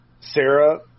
Sarah